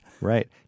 Right